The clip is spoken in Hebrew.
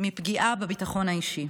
מפגיעה בביטחון האישי,